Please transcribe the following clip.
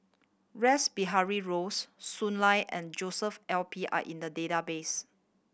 Rash Behari Bose Shui Lan and Joshua L P are in the database